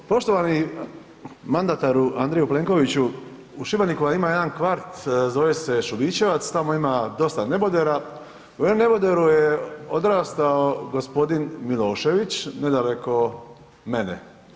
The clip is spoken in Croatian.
Poštovani mandataru Andreju Plenkoviću u Šibeniku vam ima jedan kvart zove se Šubićevac, tamo ima dosta nebodera, u jednom neboderu je odrastao gospodin Milošević nedaleko mene.